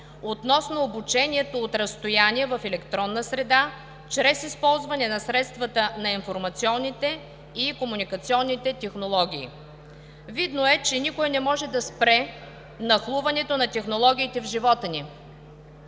относно обучението от разстояние в електронна среда чрез използване на средствата на информационните и комуникационните технологии. Видно е, че никой не може да спре нахлуването на технологиите в живота ни.